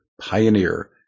pioneer